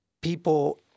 people—